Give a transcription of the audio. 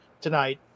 tonight